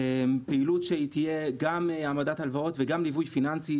פעילות שתהיה גם העמדת הלוואות וגם ליווי פיננסי,